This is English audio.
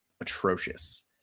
atrocious